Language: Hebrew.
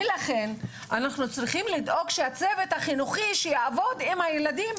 ולכן אנחנו צריכים לדאוג שהצוות החינוכי שיעבוד עם הילדים,